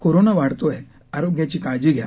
corona वाढतोय आरोग्याची काळजी घ्या